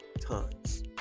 tons